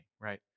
right